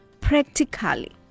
practically